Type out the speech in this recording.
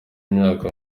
imyaka